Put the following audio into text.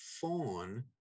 fawn